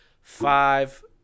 five